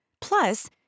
Plus